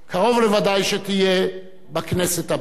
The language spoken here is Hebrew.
קרוב לוודאי שתהיה בכנסת הבאה.